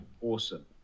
Awesome